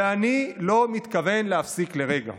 ואני לא מתכוון להפסיק לרגע.